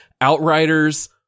Outriders